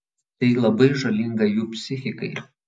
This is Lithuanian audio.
tai labai žalinga jų psichikai